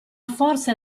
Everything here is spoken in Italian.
forse